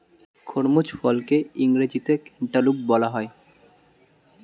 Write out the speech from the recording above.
খরমুজ ফলকে ইংরেজিতে ক্যান্টালুপ বলা হয়